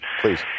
please